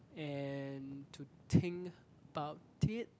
and to think about it